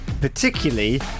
particularly